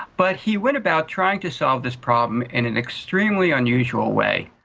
but he went about trying to solve this problem in an extremely unusual way.